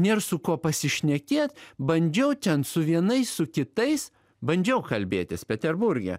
nėr su kuo pasišnekėt bandžiau ten su vienais su kitais bandžiau kalbėtis peterburge